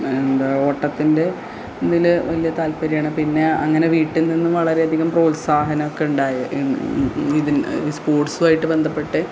എന്താ ഓട്ടത്തിൻ്റെ ഇതില് വലിയ താൽപര്യമാണ് പിന്നെ അങ്ങനെ വീട്ടിൽ നിന്നും വളരെ അധികം പ്രോത്സാഹനമൊക്കെ ഉണ്ടായി ഈ സ്പോട്സുമായിട്ട് ബന്ധപ്പെട്ട്